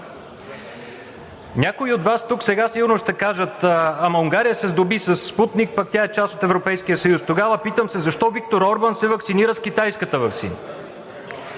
Някои от Вас тук сега сигурно ще кажат: ама Унгария се сдоби със „Спутник V“, пък тя е част от Европейския съюз. Тогава питам се: защо Виктор Орбан се ваксинира с китайската ваксина?